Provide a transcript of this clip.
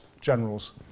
generals